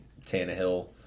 Tannehill